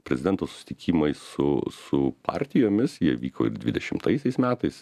prezidento susitikimai su su partijomis jie vyko ir dvidešimtaisiais metais